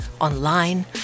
online